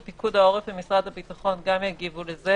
שפיקוד העורף ומשרד הביטחון גם יגיבו לזה.